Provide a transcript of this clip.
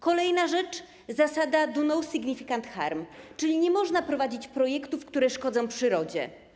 Kolejna rzecz to zasada: do no significant harm, czyli nie można prowadzić projektów, które szkodzą przyrodzie.